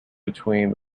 between